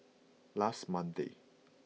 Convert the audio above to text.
last Monday